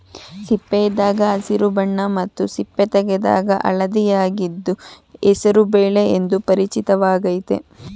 ಸಿಪ್ಪೆಯಿದ್ದಾಗ ಹಸಿರು ಬಣ್ಣ ಮತ್ತು ಸಿಪ್ಪೆ ತೆಗೆದಾಗ ಹಳದಿಯಾಗಿದ್ದು ಹೆಸರು ಬೇಳೆ ಎಂದು ಪರಿಚಿತವಾಗಯ್ತೆ